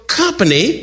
company